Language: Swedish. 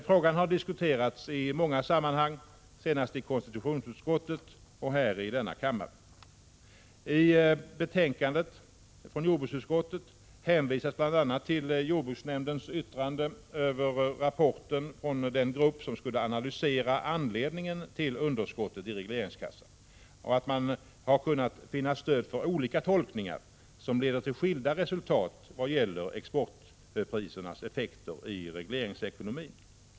Frågan har diskuterats i många sammanhang, senast i konstitutionsutskottet och i denna kammare. I betänkandet från jordbruksutskottet hänvisas bl.a. till jordbruksnämndens yttrande över rapporten från den grupp som skulle analysera anledningen till underskottet i regleringskassan, att man har kunnat finna stöd för olika tolkningar som leder till skilda resultat vad gäller exportprisernas effekter i regleringsekonomin.